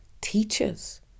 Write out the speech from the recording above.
teachers